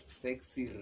sexy